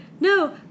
no